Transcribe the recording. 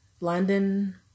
London